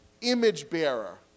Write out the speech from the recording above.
image-bearer